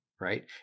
right